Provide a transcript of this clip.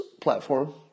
platform